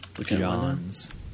John's